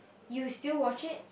you still watch it